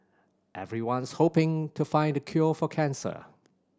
everyone's hoping to find the cure for cancer